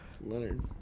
Leonard